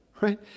right